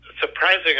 surprising